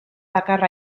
dakar